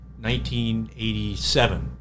1987